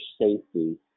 safety